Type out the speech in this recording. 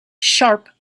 sharp